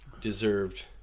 deserved